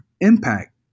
impact